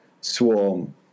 Swarm